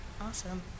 awesome